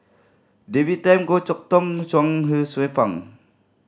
David Tham Goh Chok Tong Chuang Hsueh Fang